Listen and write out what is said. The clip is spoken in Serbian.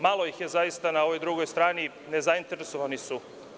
Malo ih je zaista na ovoj drugoj strani, nezainteresovani su.